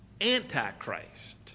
Antichrist